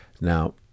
Now